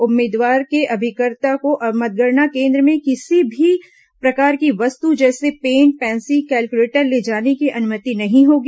उम्मीदवार के अभिकर्ता को मतगणना केन्द्र में किसी भी प्रकार की वस्तु जैसे पेन पेंसिल कैलकुलेटर ले जाने की अनुमति नहीं होगी